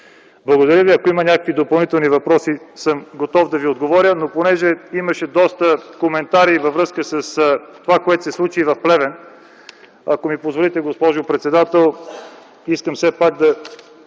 интересуват. Ако има някакви допълнителни въпроси, съм готов да ви отговоря. Тъй като имаше доста коментари във връзка с това, което се случи в Плевен, ако ми позволите, госпожо председател, искам все пак да